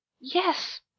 yes